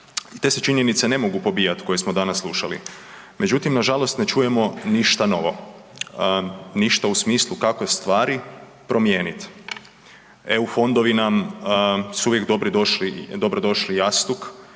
te se činjenice ne mogu pobijat koje smo danas slušali. Međutim, nažalost ne čujemo ništa novo, ništa u smislu kako stvari promijenit. EU fondovi nam, su uvijek dobro došli,